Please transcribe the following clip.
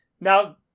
now